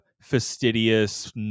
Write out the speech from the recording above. fastidious